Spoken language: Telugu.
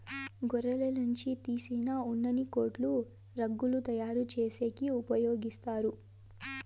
గొర్రెల నుంచి తీసిన ఉన్నిని కోట్లు, రగ్గులు తయారు చేసేకి ఉపయోగిత్తారు